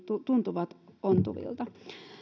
tuntuvat ontuvilta